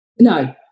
No